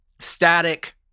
static